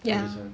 ya